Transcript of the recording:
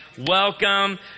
Welcome